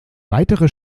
weitere